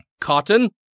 cotton